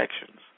actions